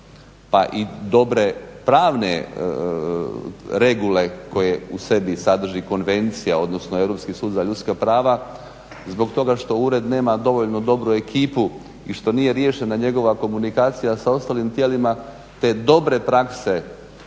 pa i dobre pravne regule koje u sebi sadrži Konvencija odnosno Europski sud za ljudska prava zbog toga što Ured nema dovoljno dobru ekipu i što nije riješena njegova komunikacija sa ostalim tijelima te dobre prakse